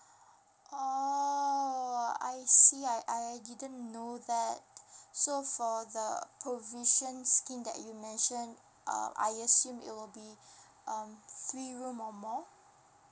oh I see I I I didn't know that so for the provision scheme that you mention um I assume it will be um three room or more